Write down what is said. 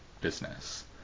business